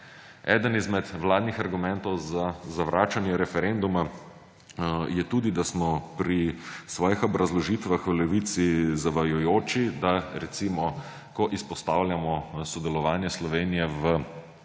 Eden izmed vladnih argumentov za zavračanje referenduma je tudi, da smo pri svojih obrazložitvah v Levici zavajajoči, da recimo, ko izpostavljamo sodelovanje Slovenije v